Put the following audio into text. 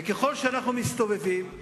וככל שאנחנו מסתובבים,